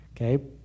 okay